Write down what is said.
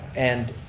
and.